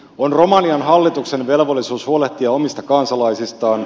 on romanian hallituksen velvollisuus huolehtia omista kansalaisistaan